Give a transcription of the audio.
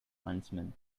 huntsman